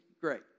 great